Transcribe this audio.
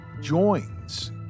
joins